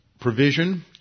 provision